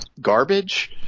garbage